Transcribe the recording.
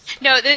No